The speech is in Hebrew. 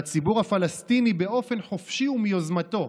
כשהציבור הפלסטיני, באופן חופשי ומיוזמתו,